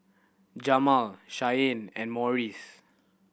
Jamal Shianne and Morris